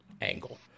angle